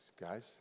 guys